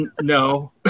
No